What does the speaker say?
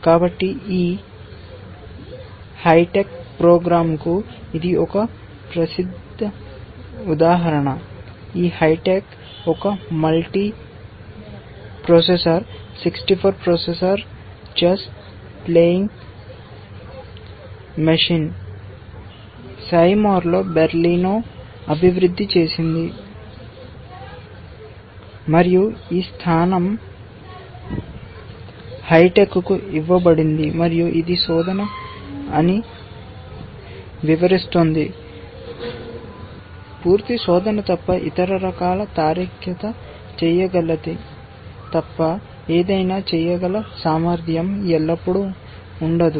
కాబట్టి ఈ హైటెక్ ప్రోగ్రామ్కు ఇది ఒక ప్రసిద్ధ ఉదాహరణ ఈ హైటెక్ ఒక multi processor 64 processor chess playing machine సెమౌర్లో బెర్లినో అభివృద్ధి చేసింది మరియు ఈ స్థానం హైటెక్కు ఇవ్వబడింది మరియు ఇది శోధన అని వివరిస్తుంది పూర్తి శోధన తప్ప ఇతర రకాల తార్కికత చేయగలది తప్ప ఏదైనా చేయగల సామర్థ్యం ఎల్లప్పుడూ ఉండదు